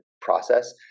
process